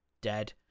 dead